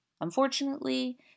Unfortunately